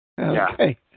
Okay